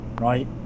right